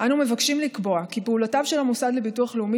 אנו מבקשים לקבוע כי פעולותיו של המוסד לביטוח לאומי